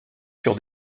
sur